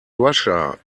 russia